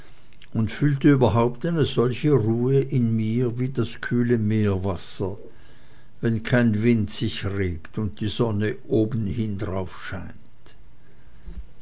und fühlte überhaupt eine solche ruhe in mir wie das kühle meerwasser wenn kein wind sich regt und die sonne obenhin darauf scheint